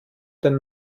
den